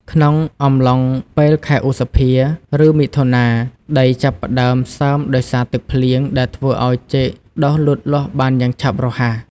ក្នុងអំឡុងពេលខែឧសភា ឬមិថុនា ដីចាប់ផ្តើមសើមដោយសារទឹកភ្លៀងដែលធ្វើឱ្យចេកដុះលូតលាស់បានយ៉ាងឆាប់រហ័ស។